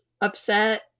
upset